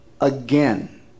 again